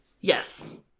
yes